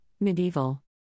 Medieval